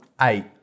Eight